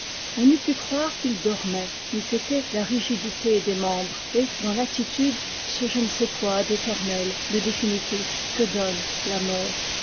on eût pu croire qu'il dormait n'eût été la rigidité des membres et dans l'attitude ce je ne sais quoi d'éternel de définitif que donne la mort